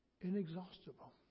Inexhaustible